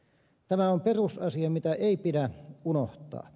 tämä on perusasia jota ei pidä unohtaa